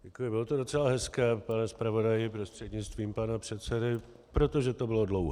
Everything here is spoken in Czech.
Děkuji, bylo to docela hezké, pane zpravodaji prostřednictvím pana předsedy, protože to bylo dlouhé.